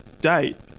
date